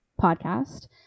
podcast